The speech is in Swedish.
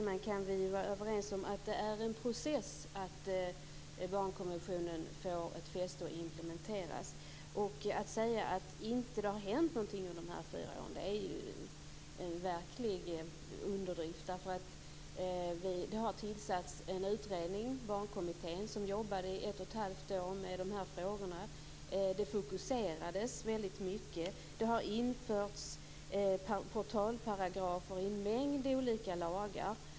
Herr talman! En sak kan vi vara överens om, att det är en process att barnkonventionen får ett fäste och implementeras. Att säga att det inte har hänt någonting under de gångna fyra åren är verkligen en underdrift. Det har tillsatts en utredning, Barnkommittén, som under ett och ett halvt år arbetade med barnfrågorna. Det har fokuserats väldigt mycket på frågorna. Det har införts portalparagrafer i en mängd olika lagar.